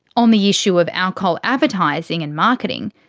on the issue of alcohol advertising and marketing,